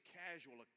casual